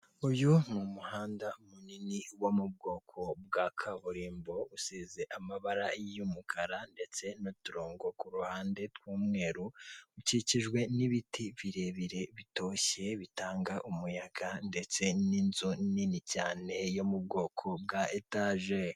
Uyu ni umuhanda munini wo mu bwoko bwa kaburimbo, usize amabara y'umukara ndetse n'uturongo ku ruhande tw'umweru, ukikijwe n'ibiti birebire, bitoshye, bitanga umuyaga ndetse n'inzu nini cyane yo mu bwoko bwa etaje.